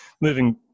moving